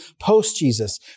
post-Jesus